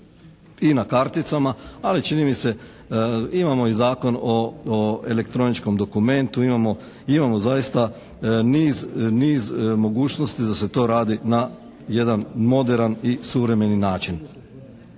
i na karticama. Ali čini mi se imamo i Zakon o elektroničkom dokumentu. Imamo, imamo zaista niz mogućnosti da se to radi na jedan moderan i suvremeni način.